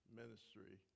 ministry